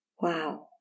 Wow